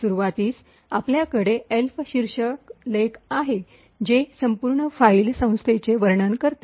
सुरूवातीस आपल्याकडे एल्फ शीर्षलेख आहे जे संपूर्ण फाइल संस्थेचे वर्णन करते